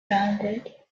rounded